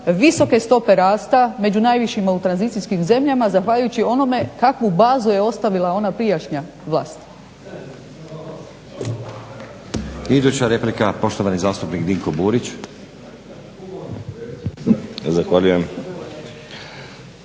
visoke stope rasta među najvišima u tranzicijskim zemljama zahvaljujući onome kakvu bazu je ostavila ona prijašnja vlast.